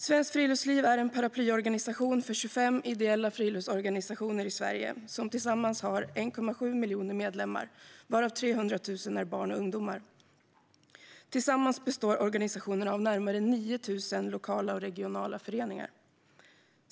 Svenskt Friluftsliv är en paraplyorganisation för 25 ideella friluftsorganisationer i Sverige som tillsammans har 1,7 miljoner medlemmar, varav 300 000 är barn och ungdomar. Tillsammans består organisationerna av närmare 9 000 lokala och regionala föreningar.